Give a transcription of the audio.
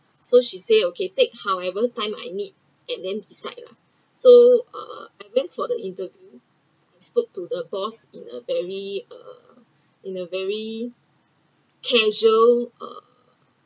so she say okay take however time I need and then decide lah so uh I went for the interview spoke to the boss in a very uh in a very casual uh